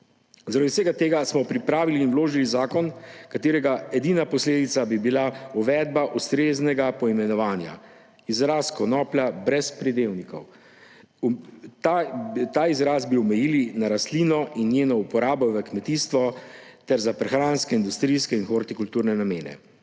Zaradi vsega tega smo pripravili in vložili zakon, katerega edina posledica bi bila uvedba ustreznega poimenovanja, izraz konoplja brez pridevnikov. Ta izraz bi omejili na rastlino in njeno uporabo v kmetijstvu ter za prehranske, industrijske in hortikulturne namene.